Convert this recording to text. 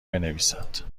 بنویسد